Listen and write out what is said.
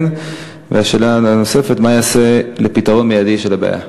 2. מה ייעשה לפתרון מיידי של הבעיה?